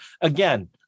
Again